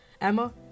Emma